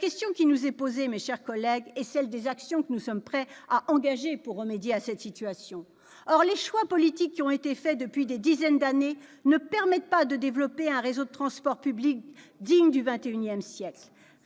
la question qui nous est posée, mes chers collègues, est celle des actions que nous sommes prêts à engager pour remédier à cette situation. Or les choix politiques faits depuis des dizaines d'années ne permettent pas de développer un réseau de transports publics digne du XXI siècle.